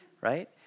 right